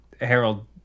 Harold